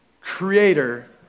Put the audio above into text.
creator